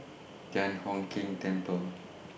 Thian Hock Keng Temple